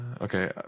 okay